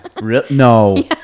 No